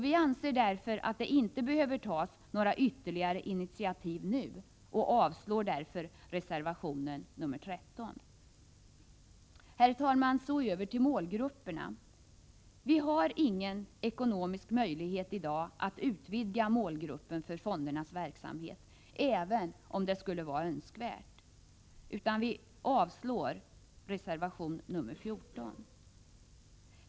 Vi anser därför att det inte behöver tas något ytterligare initiativ nu och avstyrker därför reservation nr 13. Så över till målgrupperna. Vi har ingen ekonomisk möjlighet i dag att utvidga målgruppen för fondernas verksamhet, även om det skulle vara önskvärt. Vi avstyrker därför reservation nr 14.